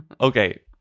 Okay